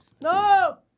No